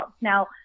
Now